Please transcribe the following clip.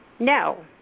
no